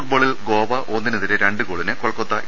ഫുട്ബോളിൽ ഗോവ ഒന്നിനെതിരെ രണ്ട് ഗോളിന് കൊൽക്കത്ത എ